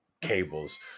cables